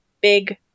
big